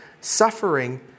suffering